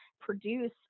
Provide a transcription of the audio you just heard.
produce